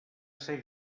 ser